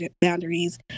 boundaries